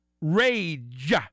rage